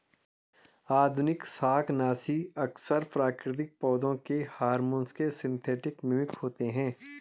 आधुनिक शाकनाशी अक्सर प्राकृतिक पौधों के हार्मोन के सिंथेटिक मिमिक होते हैं